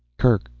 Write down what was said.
kerk.